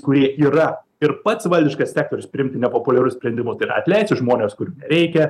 kurie yra ir pats valdiškas sektorius priimti nepopuliarius sprendimus tai yra atleisti žmones kurių reikia